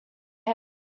head